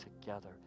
together